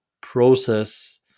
process